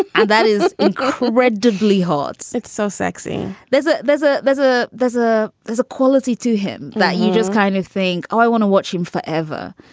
and that is incredibly hot. it's so sexy. there's a there's a there's a there's a there's a quality to him that you just kind of think, i want to watch him forever.